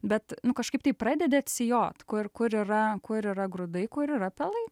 bet nu kažkaip tai pradedi atsijot kur kur yra kur yra grūdai kur yra pelai